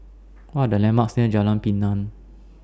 What Are The landmarks near Jalan Pinang